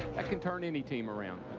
that can turn any team around.